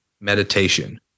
meditation